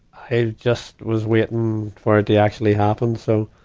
i just was waiting for it to actually happen. so,